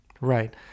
Right